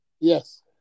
Yes